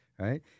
Right